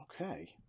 Okay